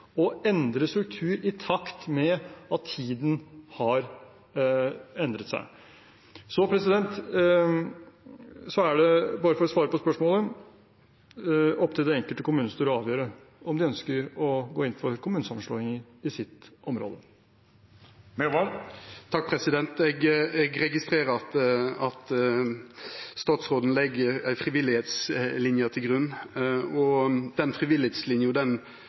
og endre struktur i takt med at tiden har endret seg. Bare for å svare på spørsmålet: Det er opp til det enkelte kommunestyre å avgjøre om de ønsker å gå inn for kommunesammenslåinger i sitt område. Eg registrerer at statsråden legg ei frivilliglinje til grunn, og den